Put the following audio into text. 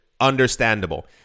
Understandable